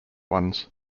ones